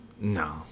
No